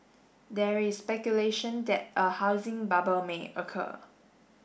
there is speculation that a housing bubble may occur